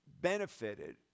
benefited